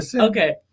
okay